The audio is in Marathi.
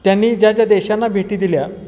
त्यांनी ज्या ज्या देशांना भेटी दिल्या